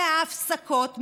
מההפסקות,